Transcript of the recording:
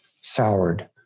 soured